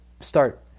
start